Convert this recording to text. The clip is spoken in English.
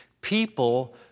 people